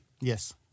Yes